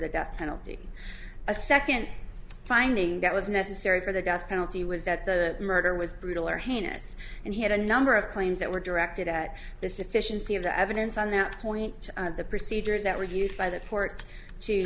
the death penalty a second finding that was necessary for the gas penalty was that the murder was brutal or hannah's and he had a number of claims that were directed at the sufficiency of the evidence on that point the procedures that were used by the port